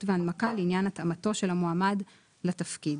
והנמקה לעניין התאמתו של המועמד לתפקיד.